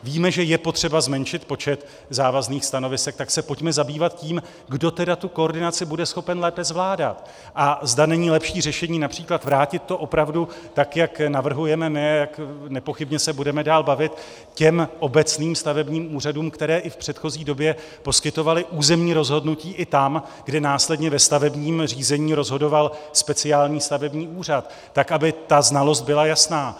Víme, že je potřeba zmenšit počet závazných stanovisek, tak se pojďme zabývat tím, kdo teda tu koordinaci bude schopen lépe zvládat a zda není lepší řešení např. vrátit to opravdu, tak jak navrhujeme my a jak nepochybně se budeme dál bavit, těm obecním stavebním úřadům, které i v předchozí době poskytovaly územní rozhodnutí i tam, kde následně ve stavebním řízení rozhodoval speciální stavební úřad, tak aby ta znalost byla jasná.